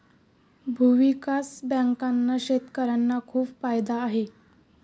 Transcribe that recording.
भूविकास बँकांचा शेतकर्यांना खूप फायदा होतो